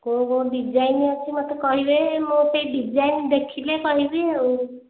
କେଉଁ କେଉଁ ଡିଜାଇନ ଅଛି ମୋତେ କହିବେ ମୁଁ ସେଇ ଡିଜାଇନ ଦେଖିଲେ କହିବି ଆଉ